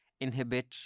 inhibit